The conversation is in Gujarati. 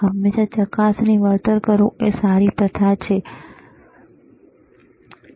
હંમેશા ચકાસણી વળતર કરવું એ સારી પ્રથા છે બરાબર